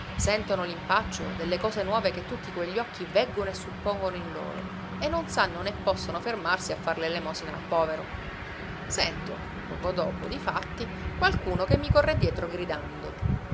sentono l'impaccio delle cose nuove che tutti quegli occhi veggono e suppongono in loro e non sanno né possono fermarsi a far l'elemosina al povero sento poco dopo difatti qualcuno che mi corre dietro gridando